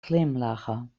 glimlachen